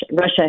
Russia